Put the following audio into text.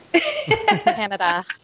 Canada